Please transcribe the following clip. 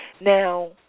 Now